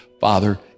Father